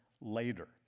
later